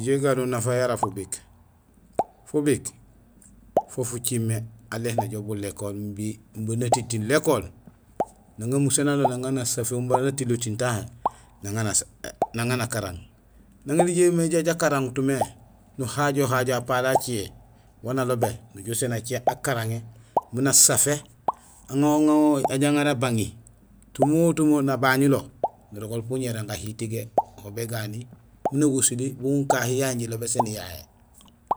Ijool iganul nafa yara fubik. Fubik, fo fucimé alé miin ajoow bon lékool imbi bo natintiiŋ lékool nang amusé naloob naŋa nasaféhul imba natinlotiiŋ tahé naŋa nakarang. Nang éli jamimé jakaraŋut mé, nuhajo hajo apali acé waan alobé nujoow uséén acé akaraŋi miin asafé aja aŋaar abaŋi; tumo tumo nabañulo nurogool po uñéroom gahiit gé, ho bégani miin awosuli bugool kahi yayé jilobé sén yayé.